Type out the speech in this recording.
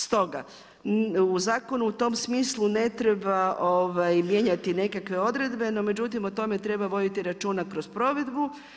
Stoga u zakonu u tom smislu mijenjati nekakve odredbe no međutim o tome treba voditi računa kroz provedbu.